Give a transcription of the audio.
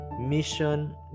mission